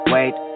Wait